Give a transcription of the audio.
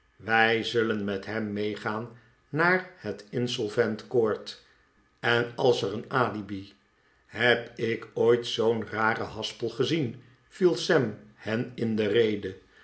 wij zullen met hem meegaan naar het insolvent court en als er een alibi heb ik ooit zoo'n raren haspel gezien viel sam hem in de rede